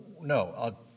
no